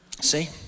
See